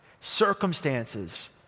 Circumstances